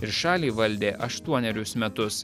ir šalį valdė aštuonerius metus